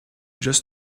just